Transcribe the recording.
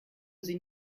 sie